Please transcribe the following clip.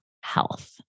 Health